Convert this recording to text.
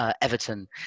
Everton